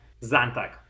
Zantac